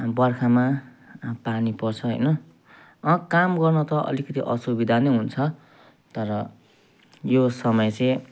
बर्खामा पानी पर्छ होइन अँ काम गर्न त अलिकति असुविधा नै हुन्छ तर यो समय चाहिँ